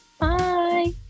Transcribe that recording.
Bye